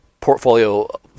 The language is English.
portfolio